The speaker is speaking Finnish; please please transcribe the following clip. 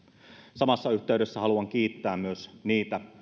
samassa yhteydessä haluan kiittää myös niitä